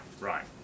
Right